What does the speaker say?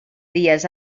dies